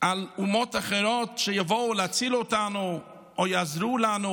על אומות אחרות שיבואו להציל אותנו או יעזרו לנו,